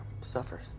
suffers